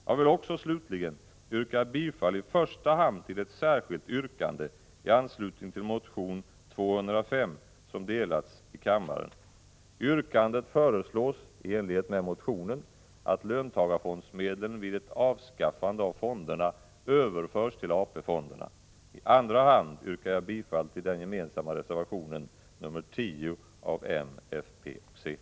Jag vill också, slutligen, yrka bifall i första hand till ett särskilt yrkande, i anslutning till motion Fi205, som delats i kammaren och som lyder: I andra hand yrkar jag bifall till den gemensamma reservationen nr 10 av m, fp och c.